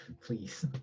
please